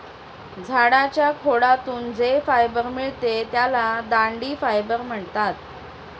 झाडाच्या खोडातून जे फायबर मिळते त्याला दांडी फायबर म्हणतात